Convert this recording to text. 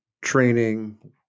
training